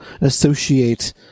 associate